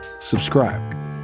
subscribe